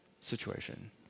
situation